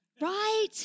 right